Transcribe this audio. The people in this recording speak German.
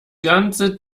ganze